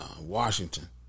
Washington